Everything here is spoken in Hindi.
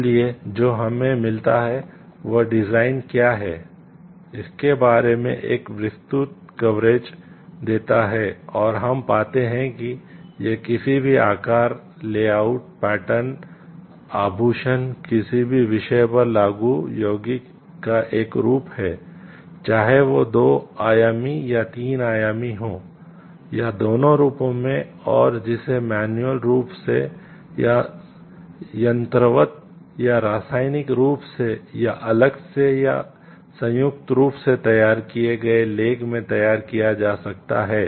इसलिए जो हमें मिलता है वह डिज़ाइन को शामिल नहीं किया गया है